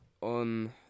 on